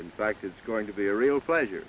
in fact it's going to be a real pleasure